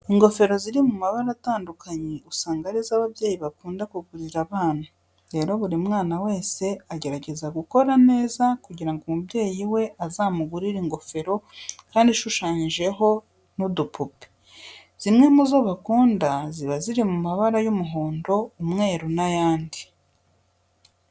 Ingofero ziri mu mabara atandukanye usanga ari zo ababyeyi bakunda kugurira abana. Rero buri mwana wese agerageza gukora neza kugira ngo umubyeyi we azamugurire ingofero kandi ishushanyijeho n'udupupe. Zimwe mu zo bakunda ziba ziri mu mabara y'umuhondo, umweru n'ayandi.